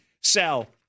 sell